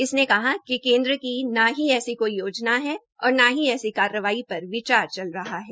इसने कहा कि केन्द्र की न ऐसी कोई योजना है और न ही ऐसी कार्रवाई पर विचार चल रहा है